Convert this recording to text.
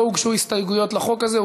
לא הוגשו הסתייגויות לחוק הזה,